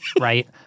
right